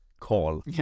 Call